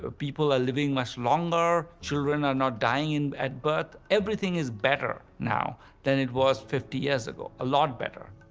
ah people are living much longer, children are not dying and at birth, everything is better now than it was fifty years ago, a lot better.